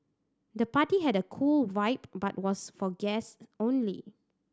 the party had a cool vibe but was for guests only